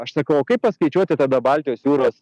aš sakau o kaip paskaičiuoti tada baltijos jūros